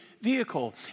vehicle